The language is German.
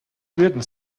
würden